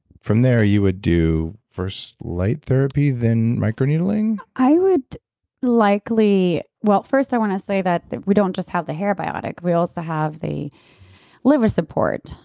from there you would do first light therapy then micro needling? i would likely. well, first i want to say that that we don't just have the hair biotic. we also have the liver support.